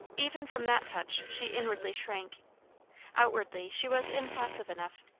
even from that touch she inwardly shrank outwardly she was impassive enough.